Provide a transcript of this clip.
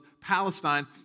Palestine